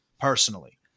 personally